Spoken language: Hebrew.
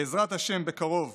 בעזרת השם, בקרוב